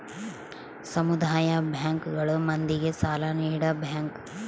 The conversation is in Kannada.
ಸಮುದಾಯ ಬ್ಯಾಂಕ್ ಗಳು ಮಂದಿಗೆ ಸಾಲ ನೀಡ ಬ್ಯಾಂಕ್